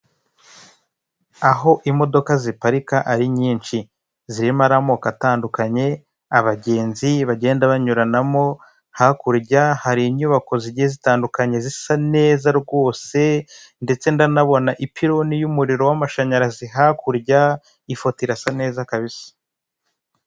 Aho imodoka ziparika ari nyinshi. Zirimo ari amoko atandukanye, abagenzi bagenda banyuranamo, hakurya hari inyubako zigiye zitandukanye, zisa neza rwose, ndetse ndanabona ipironi y'umuriro w'amashanyarazi hakurya, ifoto irasa neza kabisa.